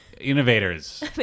innovators